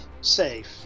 safe